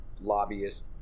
lobbyists